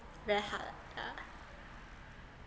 very hard yeah